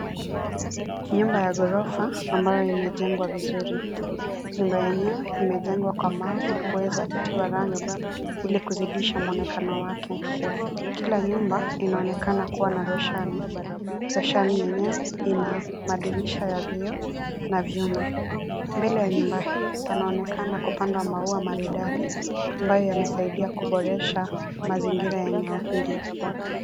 Nyumba ya gorofa ambayo imejengwa vizuri. Nyumba yenyewe imejengwa kwa mawe na kuweza kutiwa rangi ili kuzidisha mwonekano wake. Kila nyumba inaonekana kua na roshani, roshani yenyewe ina madirisha ya vioo na vyuma. Mbele ya nyumba hii panaonekana kupandwa maua maridadi ambayo yamesaidia kuboresha mazingira ya eneo hili.